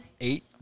eight